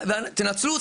תנצלו אותנו.